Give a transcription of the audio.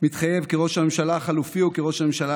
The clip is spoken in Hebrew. מתחייב כראש הממשלה החלופי וכראש הממשלה